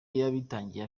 yabitangiye